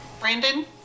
brandon